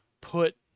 put